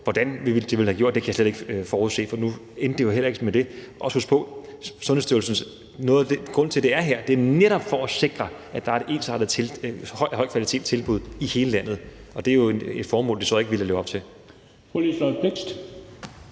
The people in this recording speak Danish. Hvordan man ville have gjort det, kan jeg slet ikke forudse, for nu endte det jo heller ikke med det. Grunden til, det er her, er netop for at sikre, at der er et ensartet tilbud af høj kvalitet i hele landet, og det er jo et formål, vi så ikke ville leve op til.